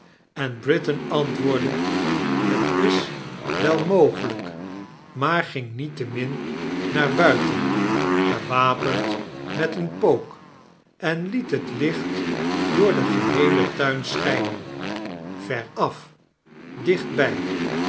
en britain antwoordde t is wel mogelijk maar ging niettemin naar buiten gewapend met aen pook en liet het licht door den geheelen tuin schijnen veraf dichtbij